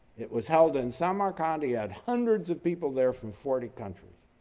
it was held in samarkand. he had hundreds of people there from forty countries.